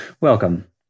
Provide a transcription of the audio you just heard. welcome